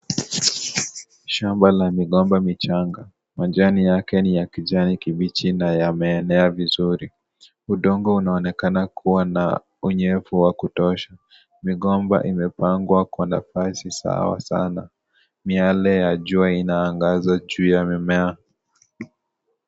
Shamba la migomba michanga majani yake ni ya kijani kibichi na yameenea vizuri, udongo unaonekana kuwa na unyevu wa kutosha. Migomba imepangwa kwa nafasi sawa sana. Miyale ya jua inaangaza juu ya mimea.